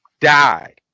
died